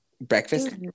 breakfast